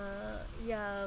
uh ya